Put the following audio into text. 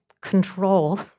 control